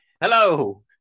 Hello